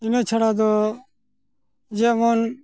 ᱤᱱᱟᱹ ᱪᱷᱟᱲᱟᱫᱚ ᱡᱮᱢᱚᱱ